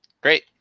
Great